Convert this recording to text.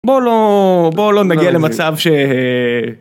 בוא לא בוא לא מגיע למצב ש.